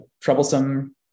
troublesome